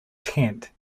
tent